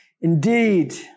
Indeed